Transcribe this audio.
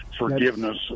forgiveness